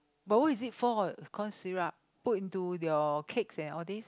but what is it for cough syrup put into your cakes and all these